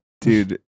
dude